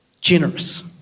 generous